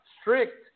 strict